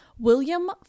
William